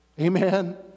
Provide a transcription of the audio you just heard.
Amen